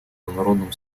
международным